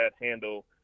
handle